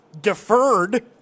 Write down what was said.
deferred